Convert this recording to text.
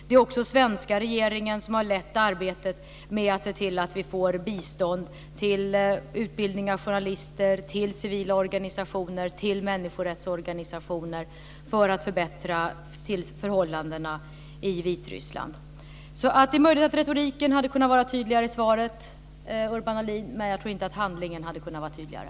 Det är också svenska regeringen som har lett arbetet med att se till att vi får bistånd till utbildning av journalister, till civila organisationer och till människorättsorganisationer för att förbättra förhållandena i Vitryssland. Det är möjligt att retoriken hade kunnat vara tydligare i svaret, Urban Ahlin, men jag tror inte att handlingarna hade kunnat vara tydligare.